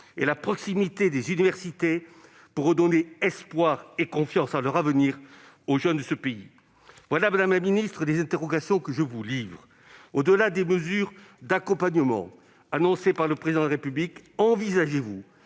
et leur proximité pour redonner espoir et confiance en leur avenir aux jeunes de ce pays. Voilà, madame la ministre, les interrogations que je vous livre. Au-delà des mesures d'accompagnement annoncées par le Président de la République, envisagez-vous